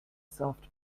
soft